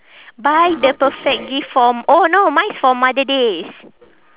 buy the perfect gift for m~ oh no mine is for mother days